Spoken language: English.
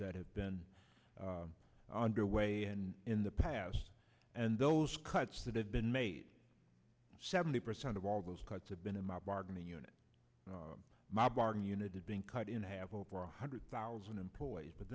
that have been under way in the past and those cuts that have been made seventy percent of all those cuts have been in my bargaining unit my bargain unit has been cut in half over one hundred thousand employees but